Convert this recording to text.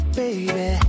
baby